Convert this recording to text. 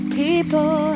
people